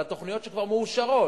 על התוכניות שכבר מאושרות,